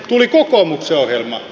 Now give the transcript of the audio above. tuli kokoomuksen ohjelma